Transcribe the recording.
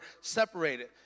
separated